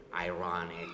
Ironic